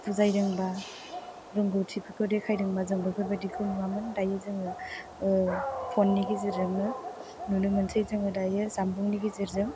बुजायदोंबा रोंगौथिफोर देखायदोंबा जों बेफोरबायदिखौ नुवामोन दायो जों ओ फननि गेजेरजोंनो नुनो मोनसै जों दायो जानबुंनि गेजेरजों